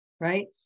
right